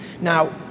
Now